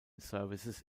services